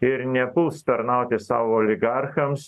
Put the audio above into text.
ir nepuls tarnauti savo oligarchams